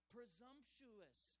Presumptuous